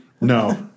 No